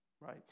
right